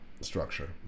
structure